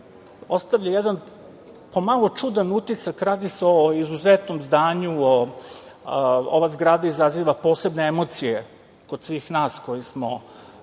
ostavlja jedan pomalo čudan utisak. Radi se o izuzetnom zdanju. Ova zgrada izaziva posebne emocije kod svih nas koji smo